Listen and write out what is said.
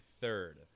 third